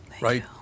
right